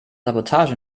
sabotage